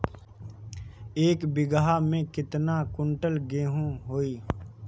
एक बीगहा में केतना कुंटल गेहूं होई?